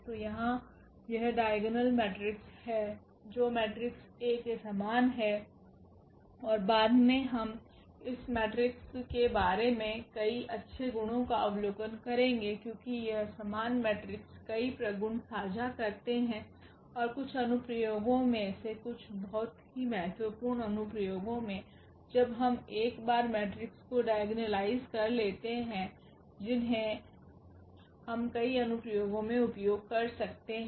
तो यहाँ यह डाइगोनल मेट्रिक्स है जो मेट्रिक्स A के समान है और बाद में हम इस मेट्रिक्स के बारे में कई अच्छे गुणों का अवलोकन करेंगे क्योंकि यह समान मेट्रिक्स कई प्रगुण साझा करते हैं और कुछ अनुप्रयोगों में से कुछ बहुत ही महत्वपूर्ण अनुप्रयोगों मे जब हम एक बार मेट्रिक्स को डाइगोनलाइज कर लेते हैं जिन्हें हम कई अनुप्रयोगों में उपयोग कर सकते हैं